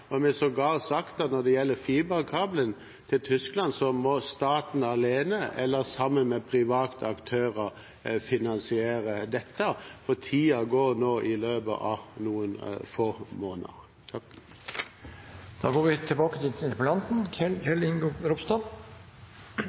sammen. Jeg vil bare tilkjennegi at vi på vårt landsmøte har vedtatt dette med redusert elavgift, og vi har sågar sagt at når det gjelder fiberkabelen til Tyskland, må staten alene eller sammen med private aktører finansiere dette. Tiden går nå i løpet av noen få måneder.